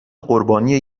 قربانی